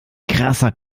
krasser